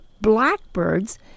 blackbirds